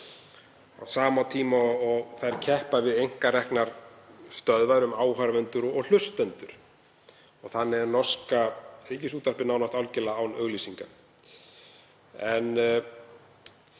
á sama tíma og þær keppa við einkareknar stöðvar um áhorfendur og hlustendur. Þannig er norska ríkisútvarpið nánast algerlega án auglýsinga.